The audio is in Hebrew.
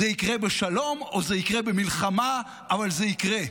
זה יקרה בשלום או זה יקרה במלחמה, אבל זה יקרה.